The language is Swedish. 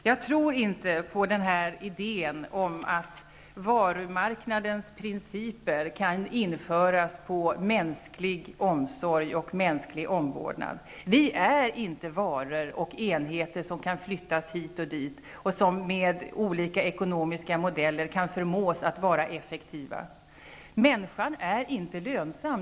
Jag tror inte på idén om att varumarknadens principer kan införas på mänsklig omsorg och omvårdnad. Vi är inte varor och enheter som kan flyttas hit och dit och som med olika ekonomiska modeller kan förmås att vara effektiva. Människan är inte lönsam.